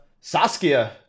Saskia